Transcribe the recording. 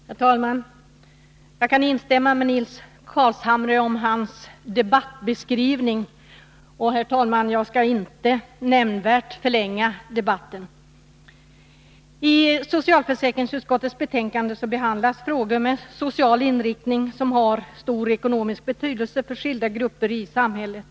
Herr talman! Jag kan instämma i Nils Carlshamres debattbeskrivning, och jag skall inte nämnvärt förlänga debatten. I socialförsäkringsutskottets betänkande 1981/82:13 behandlas flera frågor med social inriktning, som har stor ekonomisk betydelse för skilda grupper i samhället.